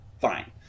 Fine